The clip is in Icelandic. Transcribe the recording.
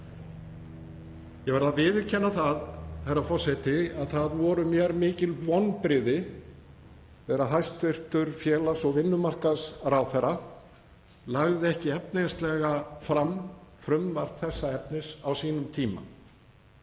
Ég verð að viðurkenna, herra forseti, að það voru mér mikil vonbrigði þegar hæstv. félags- og vinnumarkaðsráðherra lagði ekki efnislega fram frumvarp þessa efnis á sínum tíma.